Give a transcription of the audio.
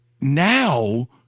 now